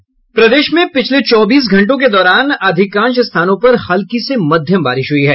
प्रदेश में पिछले चौबीस घंटों के दौरान अधिकांश स्थानों पर हल्की से मध्यम बारिश हुई है